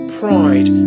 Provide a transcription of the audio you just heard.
pride